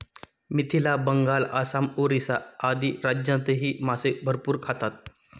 मिथिला, बंगाल, आसाम, ओरिसा आदी राज्यांतही मासे भरपूर खातात